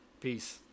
Peace